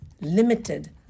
Limited